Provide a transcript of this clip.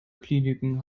kliniken